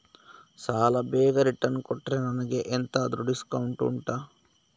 ಸಾಲ ಬೇಗ ರಿಟರ್ನ್ ಕೊಟ್ರೆ ನನಗೆ ಎಂತಾದ್ರೂ ಡಿಸ್ಕೌಂಟ್ ಉಂಟಾ